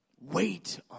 Wait